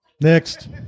Next